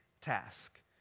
task